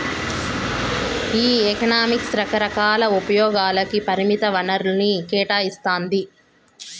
ఈ ఎకనామిక్స్ రకరకాల ఉపయోగాలకి పరిమిత వనరుల్ని కేటాయిస్తాండాది